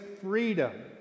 freedom